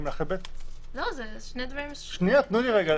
אם חל שינוי,